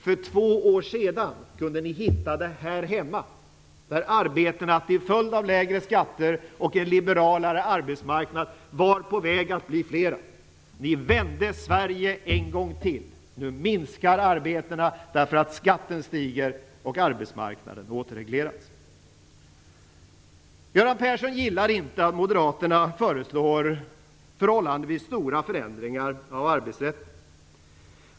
För två år sedan kunde ni hitta de här hemma, där antalet arbeten till följd av lägre skatter och en liberalare arbetsmarknad var på väg att bli fler. Ni vände Sverige en gång till! Nu minskar antalet arbeten därför att skatten stiger och arbetsmarknaden återregleras. Göran Persson gillar inte att Moderaterna föreslår förhållandevis stora förändringar av arbetsrätten.